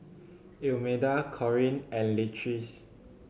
Imelda Corrine and Leatrice